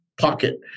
pocket